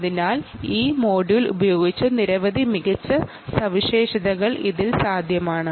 അതിനാൽ ഈ മൊഡ്യൂൾ ഉപയോഗിച്ചാൽ നിരവധി മികച്ച സവിശേഷതകൾ ഞങ്ങൾക്ക് കിട്ടുന്നു